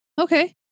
Okay